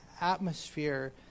atmosphere